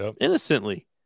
innocently